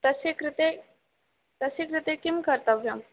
तस्य कृते तस्य कृते किं कर्तव्यं